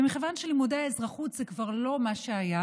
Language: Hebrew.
מכיוון שלימודי האזרחות זה כבר לא מה שהיה,